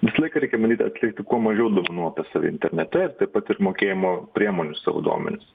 visą laiką reikia bandyt kad liktų kuo mažiau duomenų apie save internete taip pat ir mokėjimo priemonių savo duomenis